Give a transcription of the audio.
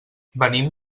venim